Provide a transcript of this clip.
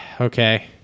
Okay